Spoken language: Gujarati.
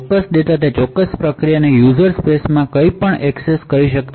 આ ચોક્કસ ડેટા તે ચોક્કસ પ્રોસેસના યુઝર સ્પેસમાં કંઈપણ એક્સેસ કરી શકે